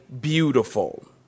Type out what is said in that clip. beautiful